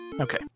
Okay